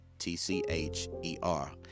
T-C-H-E-R